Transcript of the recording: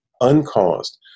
uncaused